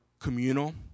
communal